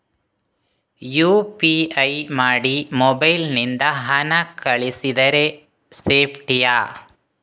UPI ಮಾಡಿ mobile ನಿಂದ ಹಣ ಕಳಿಸಿದರೆ ಸೇಪ್ಟಿಯಾ?